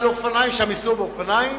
ייסעו באופניים?